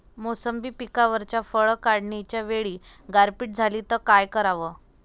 मोसंबी पिकावरच्या फळं काढनीच्या वेळी गारपीट झाली त काय कराव?